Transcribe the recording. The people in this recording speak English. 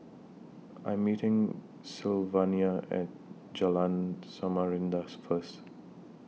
I Am meeting Sylvania and Jalan Samarinda First